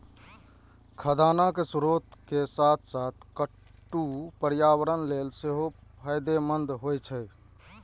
खाद्यान्नक स्रोत के साथ साथ कट्टू पर्यावरण लेल सेहो फायदेमंद होइ छै